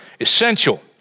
essential